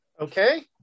Okay